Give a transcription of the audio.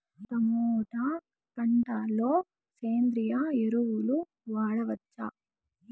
Tomato పంట లో సేంద్రియ ఎరువులు వాడవచ్చా?